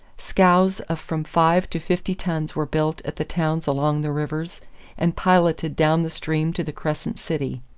scows of from five to fifty tons were built at the towns along the rivers and piloted down the stream to the crescent city.